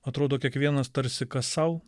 atrodo kiekvienas tarsi kas sau